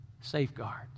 Safeguards